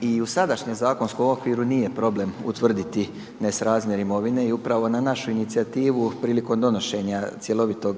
i u sadašnjem zakonskom okviru nije problem utvrditi nesrazmjer imovine i upravo na našu inicijativu prilikom donošenja cjelovitog